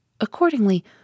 Accordingly